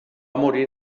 morir